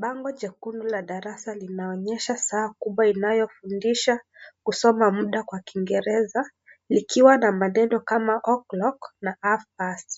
Bango jekundu la daasa linaonyesha saa kubwa inayofundisha kusoma muda kwa kiingereza ikiwa na maneno kama o'clock na half past ,